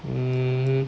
hmm